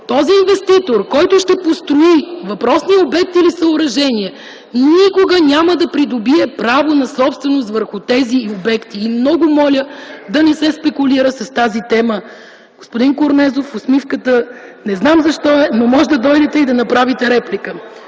Този инвеститор, който ще построи въпросния обект или съоръжение, никога няма да придобие право на собственост върху тези обекти. Много моля, да не се спекулира с тази тема! (Оживление от КБ.) Господин Корнезов, не знам защо е усмивката, но можете да дойдете и да направите реплика.